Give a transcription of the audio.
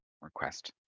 request